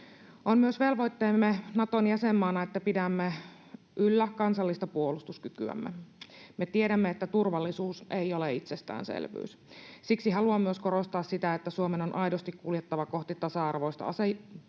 On myös velvoitteemme Naton jäsenmaana, että pidämme yllä kansallista puolustuskykyämme. Me tiedämme, että turvallisuus ei ole itsestäänselvyys. Siksi haluan myös korostaa sitä, että Suomen on aidosti kuljettava kohti tasa-arvoista